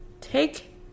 take